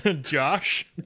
josh